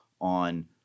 on